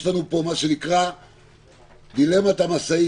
יש לנו פה מה שנקרא "דילמת המשאית",